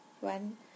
One